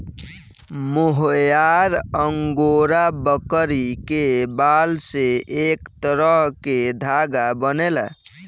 मोहयार angora बकरी के बाल से एक तरह के धागा बनेला